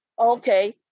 Okay